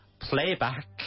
playback